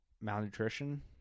Malnutrition